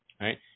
right